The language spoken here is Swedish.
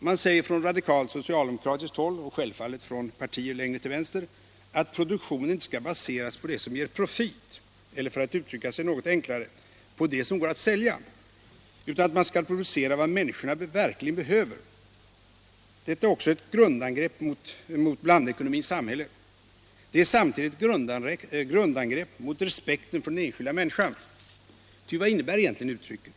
Man säger från radikalt socialdemokratiskt håll — och självfallet också från partier längre till vänster — att produktionen inte skall baseras på det som ger profit eller, för att uttrycka sig något enklare, på det som går att sälja, utan man skall producera vad människorna verkligen be debatt Allmänpolitisk debatt höver. Detta är ett grundangrepp mot blandekonomins samhälle. Det är också ett grundangrepp mot respekten för den enskilda människan. Ty vad innebär egentligen uttrycket?